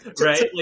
right